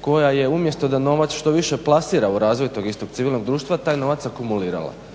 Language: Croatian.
koja je umjesto da novac što više plasira u razvoj tog istog civilnog društva, taj novac akumulirala